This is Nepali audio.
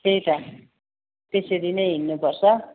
त्यही त त्यसरी नै हिड्नुपर्छ